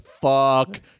Fuck